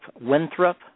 Winthrop